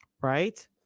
right